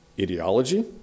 ideology